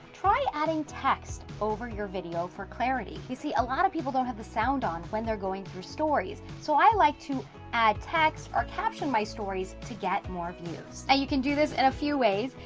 try adding text over your video for clarity. you see a lot of people don't have the sound on when they're going through stories, so i like to add text or caption my stories to get more views. and you can do this is and a few ways,